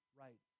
right